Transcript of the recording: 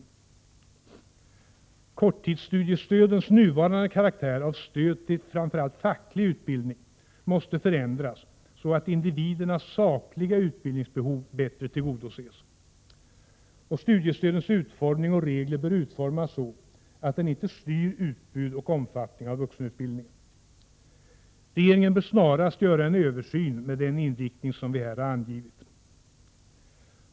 o Korttidsstudiestödens nuvarande karaktär av stöd till framför allt facklig utbildning måste förändras så att individernas sakliga utbildningsbehov bättre tillgodoses. Oo Studiestödens utformning och regler bör utformas så att de inte styr utbud och omfattning av vuxenutbildningen. Regeringen bör snarast göra en översyn med den inriktning som vi här har angett.